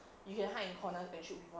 you can hide in corner and trick people